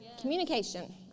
Communication